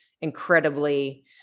incredibly